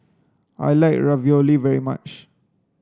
I like Ravioli very much